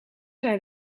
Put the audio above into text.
zijn